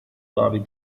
lobby